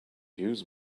use